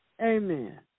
Amen